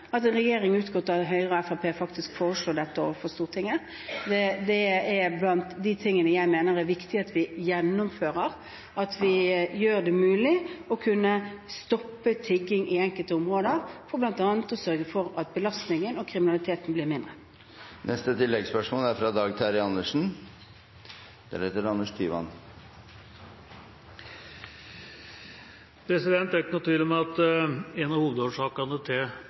at en regjering utgått av Høyre og Fremskrittspartiet faktisk foreslår dette overfor Stortinget. Det er blant de tingene jeg mener er viktig at vi gjennomfører; vi gjør det mulig å kunne stoppe tigging i enkelte områder, for bl.a. å sørge for at belastningen og kriminaliteten blir mindre. Dag Terje Andersen – til oppfølgingsspørsmål. Det er ikke noen tvil om at en av hovedårsakene til